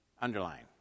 Underline